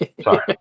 Sorry